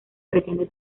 pretende